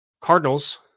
Cardinals